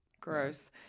Gross